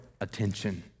attention